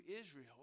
Israel